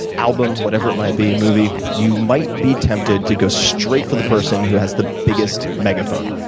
album, whatever it might be, movie, you might be tempted to go straight for the person who has the biggest megaphone,